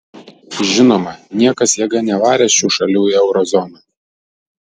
žinoma niekas jėga nevarė šių šalių į euro zoną